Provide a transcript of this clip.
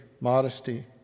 modesty